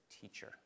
teacher